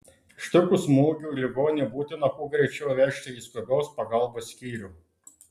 ištikus smūgiui ligonį būtina kuo greičiau vežti į skubios pagalbos skyrių